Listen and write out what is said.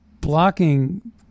blocking